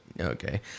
okay